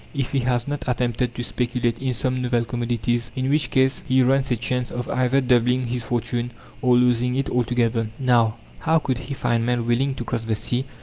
if he has not attempted to speculate in some novel commodities, in which case he runs a chance of either doubling his fortune or losing it altogether. now, how could he find men willing to cross the sea,